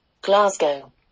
Glasgow